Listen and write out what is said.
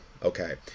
Okay